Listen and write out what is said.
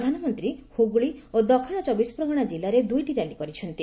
ପ୍ରଧାନମନ୍ତ୍ରୀ ହୁଗୁଳି ଓ ଦକ୍ଷିଣ ଚବିଶପ୍ରଗଣା ଜିଲ୍ଲାରେ ଦୁଇଟି ର୍ୟାଲି କରିଚ୍ଛନ୍ତି